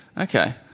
Okay